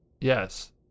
Yes